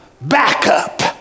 backup